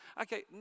Okay